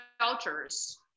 shelters